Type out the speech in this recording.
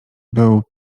był